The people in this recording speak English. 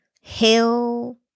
hill